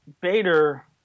Bader